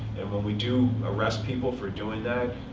and when we do arrest people for doing that,